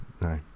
no